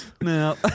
No